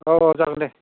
औ औ जागोन दे